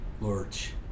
Lurch